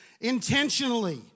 Intentionally